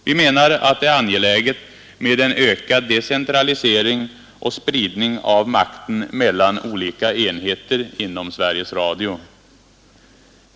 Vi menar att det är angeläget med en ökad decentralisering och spridning av makten mellan olika enheter inom Sveriges Radio.